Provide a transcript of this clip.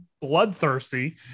bloodthirsty